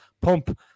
pump